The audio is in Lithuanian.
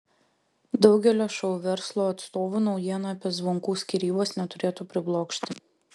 daugelio šou verslo atstovų naujiena apie zvonkų skyrybas neturėtų priblokšti